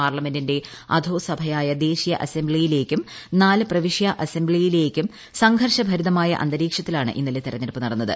പാർലമെന്റിന്റെ അധോസഭയായ ദേശീയ അസംബ്ലിയിലേക്കും നാല് പ്രവിശ്യാ അസംബ്ലികളിലേക്കും സംഘർഷഭരിതമായ അന്തരീക്ഷത്തിലാണ് ഇന്നലെ തെരഞ്ഞെടുപ്പ് നടന്നത്